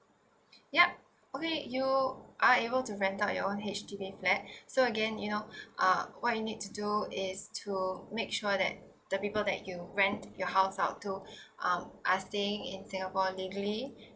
yup okay you are able to rent out your own H_D_B flat so again you know uh what you need to do is to make sure that the people that you rent your house out to um are staying in singapore legally